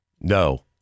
No